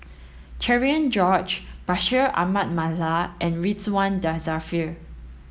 Cherian George Bashir Ahmad Mallal and Ridzwan Dzafir